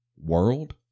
world